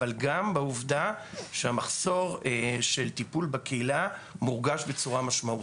אבל גם בעובדה שהמחסור של טיפול בקהילה מורגש בצורה משמעותית.